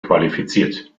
qualifiziert